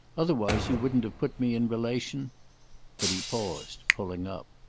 otherwise you wouldn't have put me in relation but he paused, pulling up.